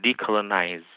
decolonize